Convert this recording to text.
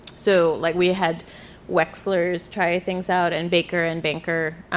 so like we had wexler's try things out and baker and banker